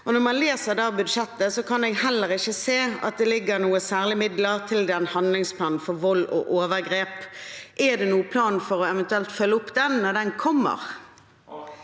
Når jeg leser budsjettet, kan jeg heller ikke se at det ligger inne noe særlig med midler til handlingsplanen mot vold og overgrep. Er det noen plan for å følge opp den når den kommer?